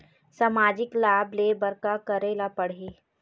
सामाजिक लाभ ले बर का करे ला पड़ही?